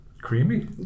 Creamy